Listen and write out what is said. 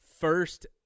First